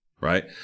Right